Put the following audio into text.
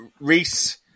Reese